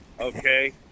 okay